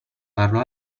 parlò